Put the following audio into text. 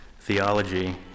theology